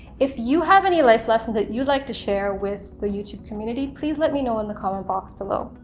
if you have any life lessons that you'd like to share with the youtube community, please let me know in the comment box below.